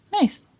nice